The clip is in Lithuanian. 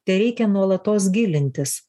tereikia nuolatos gilintis